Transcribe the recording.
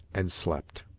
and slept.